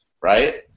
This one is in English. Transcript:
right